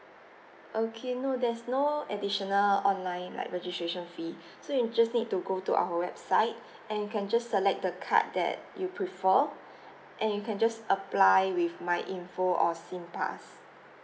okay no there's no additional online like registration fee so you just need to go to our website and you can just select the card that you prefer and you can just apply with myinfo or singpass